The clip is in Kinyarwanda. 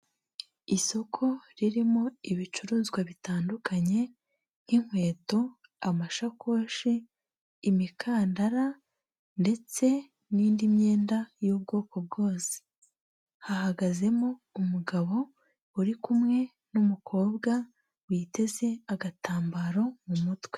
Isoko ririmo ibicuruzwa bitandukanye nk'inkweto, amashakoshi, imikandara ndetse n'indi myenda y'ubwoko bwose, hahagazemo umugabo uri kumwe n'umukobwa, witeze agatambaro mu mutwe.